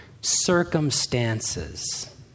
circumstances